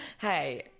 hey